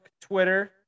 Twitter